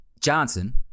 Johnson